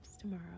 tomorrow